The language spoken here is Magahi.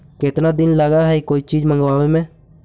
केतना दिन लगहइ कोई चीज मँगवावे में?